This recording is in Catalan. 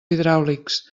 hidràulics